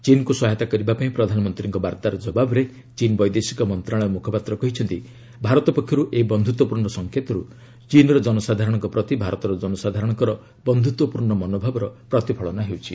ଚୀନ୍କୁ ସହାୟତା କରିବା ପାଇଁ ପ୍ରଧାନମନ୍ତ୍ରୀଙ୍କ ବାର୍ତ୍ତାର ଜବାବରେ ଚୀନ୍ ବୈଦେଶିକ ମନ୍ତ୍ରଣାଳୟ ମୁଖପାତ୍ର କହିଛନ୍ତି ଭାରତ ପକ୍ଷରୁ ଏହି ବନ୍ଧୁତ୍ୱପୂର୍ଣ୍ଣ ସଂକେତରୁ ଚୀନ୍ର ଜନସାଧାରଣଙ୍କ ପ୍ରତି ଭାରତର ଜନସାଧାରଣଙ୍କର ବନ୍ଧୁତ୍ୱପୂର୍ଣ୍ଣ ମନୋଭାବର ପ୍ରତିଫଳନ ହେଉଛି